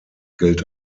gilt